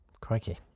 crikey